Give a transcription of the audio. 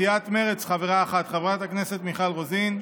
סיעת מרצ, חברה אחת, חברת הכנסת מיכל רוזין,